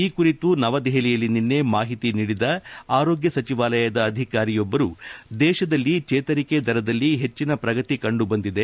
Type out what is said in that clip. ಈ ಕುರಿತು ನವದೆಹಲಿಯಲ್ಲಿ ನಿನ್ನೆ ಮಾಹಿತಿ ನೀಡಿದ ಆರೋಗ್ಯ ಸಚಿವಾಲಯದ ಅಧಿಕಾರಿಯೊಬ್ಲರು ದೇತದಲ್ಲಿ ಚೇತರಿಕೆ ದರದಲ್ಲಿ ಹೆಚ್ಚಿನ ಪ್ರಗತಿ ಕಂಡುಬಂದಿದೆ